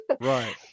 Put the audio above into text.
Right